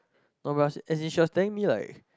no but as in she was telling me like